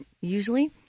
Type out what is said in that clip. usually